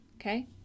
Okay